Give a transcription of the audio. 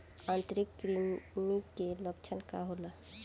आंतरिक कृमि के लक्षण का होला?